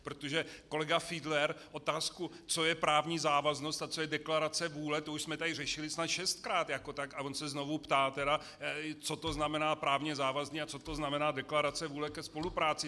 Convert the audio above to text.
Protože kolega Fiedler otázku co je právní závaznost a co je deklarace vůle to už jsme tady řešili snad šestkrát, a on se znovu ptá, co to znamená právně závazný a co to znamená deklarace vůle ke spolupráci.